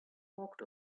walked